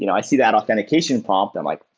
you know i see that authentication pop that i'm like,